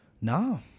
No